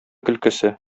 көлкесе